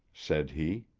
said he.